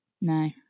No